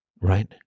right